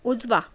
उजवा